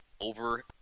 over